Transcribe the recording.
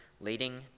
leading